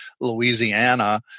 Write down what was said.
Louisiana